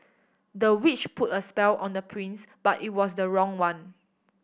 the witch put a spell on the prince but it was the wrong one